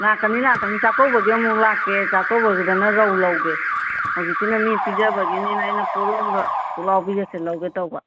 ꯂꯥꯛꯀꯅꯤ ꯂꯥꯛꯀꯅꯤ ꯆꯥꯛꯀꯧꯕꯒꯤ ꯑꯃꯨꯛ ꯂꯥꯛꯀꯦ ꯆꯥꯀꯧꯕꯗꯨꯗꯅ ꯔꯧ ꯂꯧꯒꯦ ꯍꯧꯖꯤꯛꯀꯤꯅ ꯃꯤ ꯄꯤꯖꯕꯒꯤꯅꯤꯅ ꯑꯩꯅ ꯄꯣꯔꯣꯡꯒ ꯄꯨꯛꯂꯥꯎꯕꯤꯒꯁꯦ ꯂꯧꯒꯦ ꯇꯧꯕ